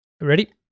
Ready